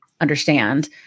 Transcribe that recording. understand